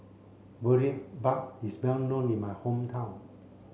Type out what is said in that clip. Boribap is well known in my hometown